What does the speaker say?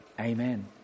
amen